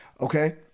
okay